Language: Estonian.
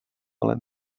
olen